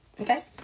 okay